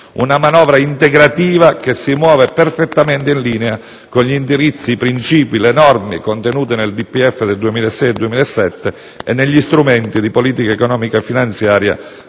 Una manovra integrativa che si muove perfettamente in linea con gli indirizzi, i princìpi, le norme contenute nel DPEF 2006-2007 e negli strumenti di politica economica e finanziaria